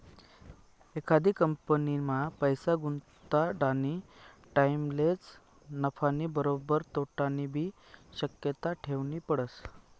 एखादी कंपनीमा पैसा गुताडानी टाईमलेच नफानी बरोबर तोटानीबी शक्यता ठेवनी पडस